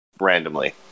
randomly